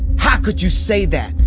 how could you say that?